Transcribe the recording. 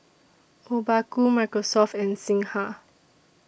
Obaku Microsoft and Singha